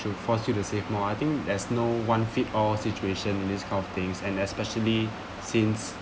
to force you to save more I think that's no one fit all situation in this kind of things and especially since